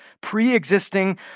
pre-existing